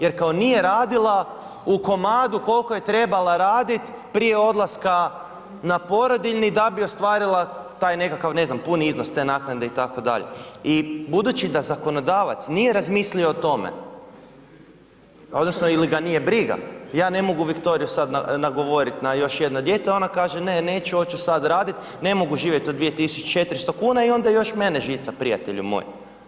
Jer kao nije radila u komadu koliko je trebala raditi prije odlaska na porodiljni da bi ostvarila taj nekakav, ne znam, puni iznos te naknade, itd. i budući da zakonodavac nije razmislio o tome, odnosno ili ga nije briga, ja ne mogu Viktoriju sad nagovoriti na još jedno dijete, ona kaže, ne, neću, hoću sada raditi, ne mogu živjeti od 2400 kn i onda još mene žica, prijatelju moj.